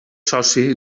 soci